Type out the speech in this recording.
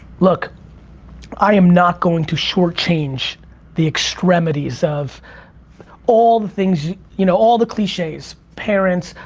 look i am not going to short change the extremities of all the things you know all the cliches. parents,